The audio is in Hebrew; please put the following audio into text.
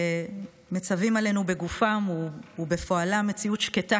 שמצווים עלינו בגופם ובפועלם מציאות שקטה